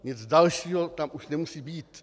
Nic dalšího tam už nemusí být.